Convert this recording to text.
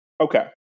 okay